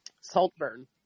Saltburn